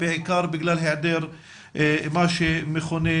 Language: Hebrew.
בעיקר בגלל העדר מה שמכונה,